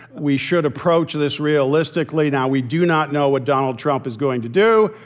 we should approach this realistically. now, we do not know what donald trump is going to do.